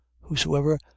Whosoever